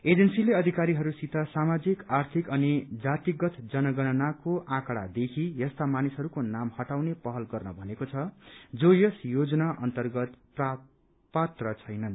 एजेन्सीले अधिकारीहरूसित सामाजिक आर्थिक अनि जातिगत जनगणनाको आँकड़ादेखि यस्ता मानिसहरूको नाम हटाउने पहल गर्न भनेको छ जो यस योजना अन्तर्गत पात्र छैनन्